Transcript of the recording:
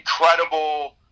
incredible